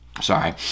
Sorry